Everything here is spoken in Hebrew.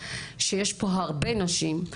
שיש פה רבה נשים,